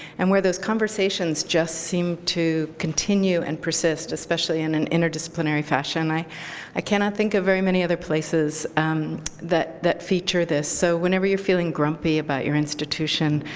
and where those conversations just seem to continue and persist, especially in an interdisciplinary fashion. i i cannot think of very many other places that that feature this. so whenever you're feeling grumpy about your institution,